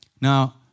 Now